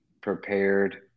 prepared